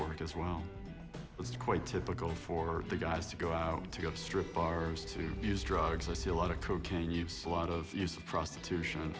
work as well it's quite typical for the guys to go out to go to strip bars to use drugs i see a lot of cocaine use a lot of use of prostitution